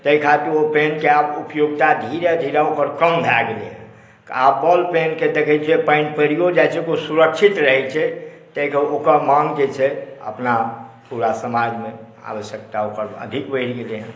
ताहि खातिर ओहि पेनके उपयोगिता धीरे धीरे ओकर कम भए गेलै हैं आब बॉल पेनके देखै छियै जे पानि पड़ियो जाय छै तँ ओ सुरक्षित रहै छै तेँ ओकर मांग जे छै अपना पूरा समाजमे आबश्यकता ओकर अधिक बढ़ि गेलै हेँ